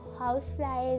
housefly